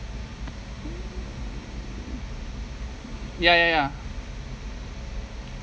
ya ya ya